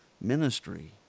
Ministry